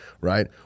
right